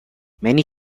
many